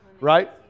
right